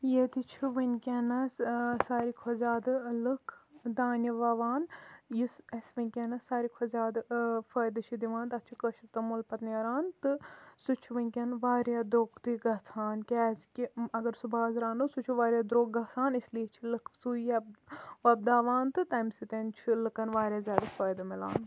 ییٚتہِ چھ وٕنکیٚنَس ساروی کھۄتہ زیادٕ لُکھ دانہِ وَوان یُس اَسہِ ونکیٚنَس ساروی کھۄتہ زیادٕ فٲیدٕ چھُ دِوان تتھ چھُ کٲشُر توٚمُل پَتہٕ نیران تہٕ سُہ چھُ ونکٮ۪ن واریاہ دروٚگ تہِ گَژھان کیاز کہِ اگر سُہ بازرٕ اَنو سُہ چھُ واریاہ دروٚگ گَسان اِسلیے چھِ لُکھ سُے وۄبداوان تہٕ تمہِ سۭتۍ چھُ لُکَن واریاہ زیادٕ فٲیدٕ مِلان